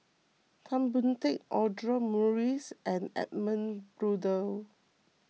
Tan Boon Teik Audra Morrice and Edmund Blundell